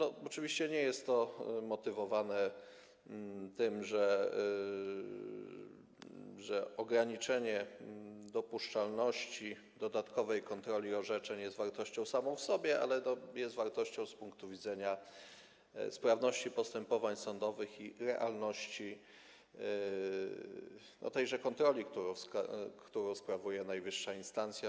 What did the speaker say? Oczywiście nie jest to motywowane tym, że ograniczenie dopuszczalności dodatkowej kontroli orzeczeń jest wartością samą w sobie, ale jest wartością z punktu widzenia sprawności postępowań sądowych i realności kontroli, którą sprawuje najwyższa instancja.